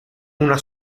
una